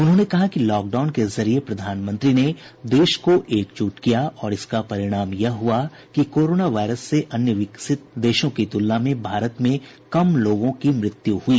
उन्होंने कहा कि लॉकडाउन के जरिए प्रधानमंत्री ने देश को एकजुट किया और इसका परिणाम यह हुआ कि कोरोना वायरस से अन्य विकसित देशों की तुलना में भारत में कम लोगों की मृत्यु हुई